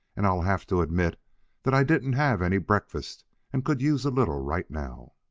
and i'll have to admit that i didn't have any breakfast and could use a little right now.